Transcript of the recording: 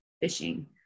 fishing